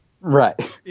Right